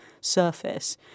surface